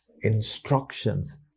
Instructions